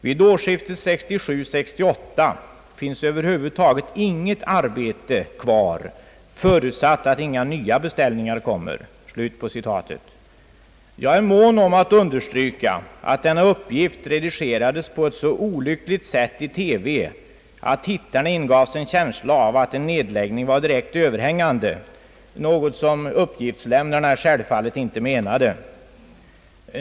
Vid årsskiftet 1967/68 finns över huvud taget inget arbete kvar förutsatt att inga nya beställningar inkommer.» Jag är mån om att understryka att denna uppgift redigerades på ett så olyckligt sätt i TV att tittarna ingavs en känsla av att en nedläggning var direkt överhängande — något som uppgiftslämnarna självfallet inte menade.